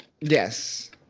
yes